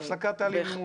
להפסקת אלימות.